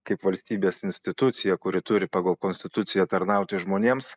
kaip valstybės institucija kuri turi pagal konstituciją tarnauti žmonėms